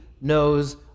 knows